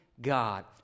God